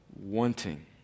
wanting